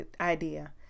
idea